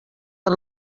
per